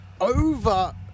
over